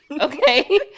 okay